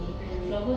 mm